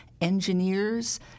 engineers